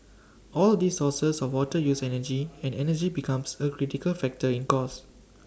all these sources of water use energy and energy becomes A critical factor in cost